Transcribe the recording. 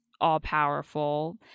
all-powerful